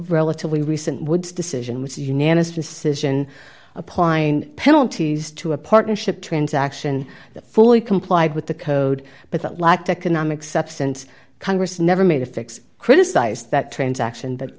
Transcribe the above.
relatively recent woods decision was unanimous decision applying penalties to a partnership transaction that fully complied with the code but that lacked economic substance congress never made a fix criticize that transaction that